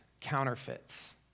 counterfeits